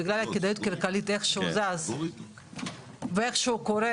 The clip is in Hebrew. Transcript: בגלל כדאיות כלכלית איכשהו זז ואיכשהו קורה,